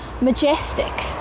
majestic